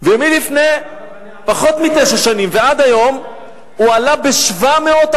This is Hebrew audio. ומלפני פחות מתשע שנים ועד היום הוא עלה ב-700%.